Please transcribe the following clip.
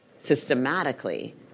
systematically